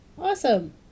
Awesome